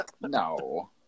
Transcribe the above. no